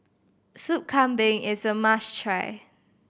Soup Kambing is a must try